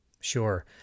Sure